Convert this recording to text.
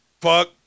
fuck